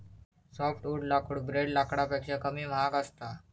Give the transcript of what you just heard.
softwood लाकूड ब्रेड लाकडापेक्षा कमी महाग असता